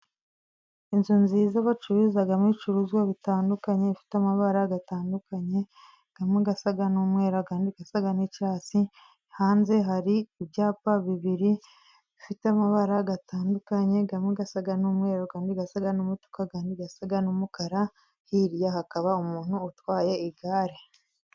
Inzu nziza bacururizamo ibicuruzwa bitandukanye, ifite amabara atandukanye, mwe asa n'umweru, andi asa n'icyatsi, hanze hari ibyapa bibiri bifite amabara atandukanye, amwe asa n'umweru, andi asa n'mutuku, andi asa n'umukara, hirya hakaba umuntu utwaye igare.